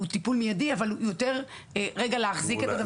הוא טיפול מידי, אבל תפקידו להחזיק את האדם.